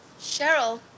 Cheryl